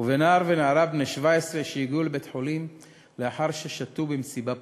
ובנער ונערה בני 17 שהגיעו לבית-החולים לאחר ששתו במסיבה פרטית.